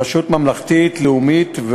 רשות ממלכתית לאומית,